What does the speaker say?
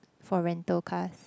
for rental cars